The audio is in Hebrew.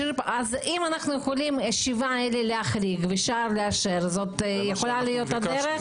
אם אנחנו יכולים את ה-7 האלה להחריג והשאר לאשר זו יכולה להיות הדרך?